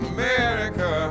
America